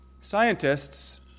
Scientists